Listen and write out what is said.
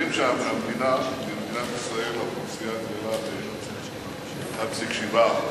יודעים שמדינת ישראל, האוכלוסייה גדלה ב-1.7%.